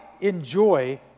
enjoy